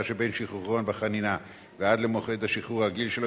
שבין שחרורו בחנינה ועוד למועד השחרור הרגיל שלו,